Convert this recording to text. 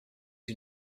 you